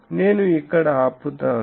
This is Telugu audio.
నేను ఇక్కడ ఆపుతాను